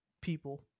people